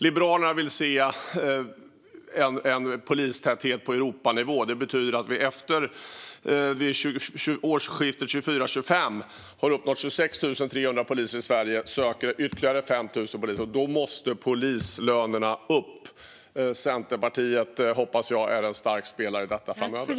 Liberalerna vill se en polistäthet på Europanivå. Det betyder att vi efter årsskiftet 2024/25 har uppnått 26 300 poliser i Sverige och ökar med ytterligare 5 000 poliser. Då måste polislönerna upp. Jag hoppas att Centerpartiet är en stark spelare i detta framöver.